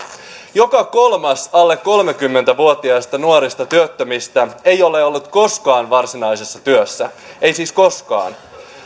joka kolmas alle kolmekymmentä vuotiaista nuorista työttömistä ei ole ollut koskaan varsinaisessa työssä ei siis koskaan